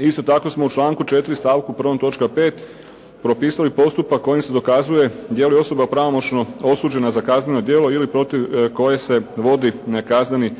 Isto tako smo u članku 4. stavku 1. točka 5. propisali postupak kojim se dokazuje je li osoba pravomoćno osuđena za kazneno djelo ili protiv koje se vodi nekazneni